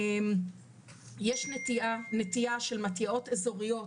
יש נטייה של מתי"אות אזוריות,